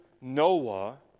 Noah